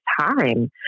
time